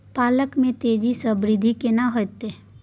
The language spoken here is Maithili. पालक में तेजी स वृद्धि केना होयत?